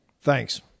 Thanks